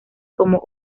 como